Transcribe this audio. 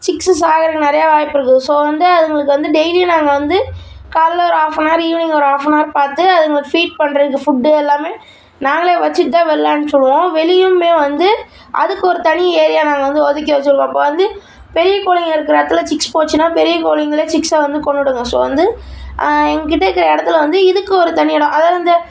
six சாகுறதுக்கு நிறையா வாய்ப்பு இருக்குது ஸோ வந்து அதுகளுக்கு வந்து டெய்லியும் நாங்கள் வந்து காலைல ஒரு ஆஃப் அன் அவர் ஈவினிங் ஒரு ஆஃப் அன் அவர் பார்த்து அதுங்களுக்கு ஃபீட் பண்ணுறதுக்கு ஃபுட்டு எல்லாமே நாங்களே வெச்சுட்டுதான் வெளில அனுப்பிச்சுடுவோம் வெளியுமே வந்து அதுக்கு ஒரு தனி ஏரியா நாங்கள் வந்து ஒதுக்கி வெச்சிருக்கோம் இப்போ வந்து பெரிய கோழிங்க இருக்கிற இடத்துல சிக்ஸ் போச்சுன்னா பெரிய கோழிகளே சிக்ஸை வந்து கொன்னுடுங்க ஸோ வந்து எங்கக்கிட்டே இருக்கிற இடத்துல வந்து இதுக்கு ஒரு தனி இடம் அதாவது வந்து